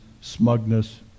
smugness